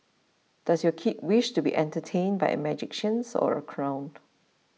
does your kid wish to be entertained by a magician or a clown